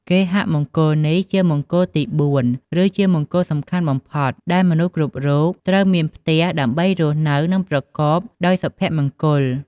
គេហមង្គលនេះ ជាមង្គលទី៤ ឬជាមង្គលសំខាន់បំផុតដែលមនុស្សគ្រប់រូបត្រូវមានផ្ទះដើម្បីរស់នៅ និងប្រកបដោយសុភមង្គល។